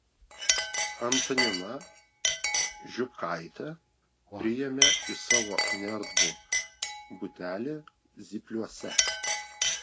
antanina ir žiupkaitę priėmė į savo neerdvų butelį zypliuose